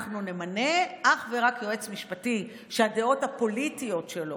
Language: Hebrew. אנחנו נמנה אך ורק יועץ משפטי שהדעות הפוליטיות שלו,